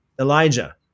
Elijah